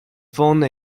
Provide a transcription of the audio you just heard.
phone